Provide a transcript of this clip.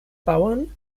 bauern